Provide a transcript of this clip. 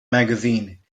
magazine